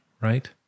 Right